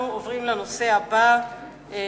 אנחנו עוברים לנושא הבא: